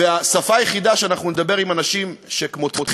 והשפה היחידה שבה אנחנו נדבר עם אנשים שכמותכם